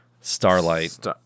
Starlight